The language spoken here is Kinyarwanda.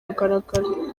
mugaragaro